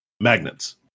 magnets